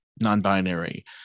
non-binary